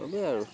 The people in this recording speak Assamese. সেইবোৰে আৰু